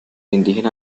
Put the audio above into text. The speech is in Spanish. indígena